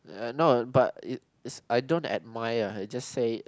uh no but it is I don't admire I just say